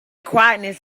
quietness